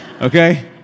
okay